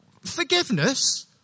Forgiveness